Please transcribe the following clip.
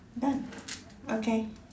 done okay